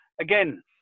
again